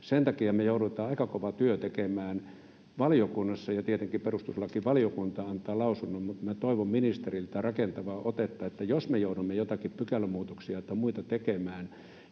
sen takia me joudutaan aika kova työ tekemään valiokunnassa — ja tietenkin perustuslakivaliokunta antaa lausunnon — mutta minä toivon ministeriltä rakentavaa otetta, että jos me joudumme joitakin pykälämuutoksia tai muita tekemään,